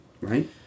Right